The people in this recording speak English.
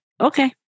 Okay